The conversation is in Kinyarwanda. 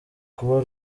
kuba